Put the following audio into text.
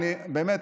באמת,